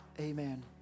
Amen